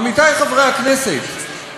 עמיתי חברי הכנסת,